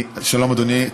שלום, אדוני.